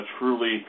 truly